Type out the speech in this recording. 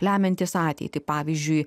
lemiantys ateitį pavyzdžiui